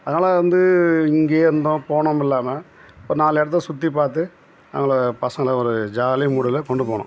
அதனால் வந்து இங்கேயே இருந்தோம் போனம் இல்லாமல் ஒரு நாலு இடத்த சுற்றிப் பார்த்து அவங்கள பசங்களை ஒரு ஜாலி மூடில் கொண்டு போகணும்